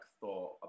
thought